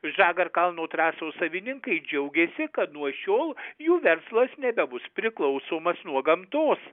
žagarkalno trasų savininkai džiaugiasi kad nuo šiol jų verslas nebebus priklausomas nuo gamtos